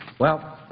well,